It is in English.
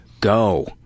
go